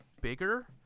bigger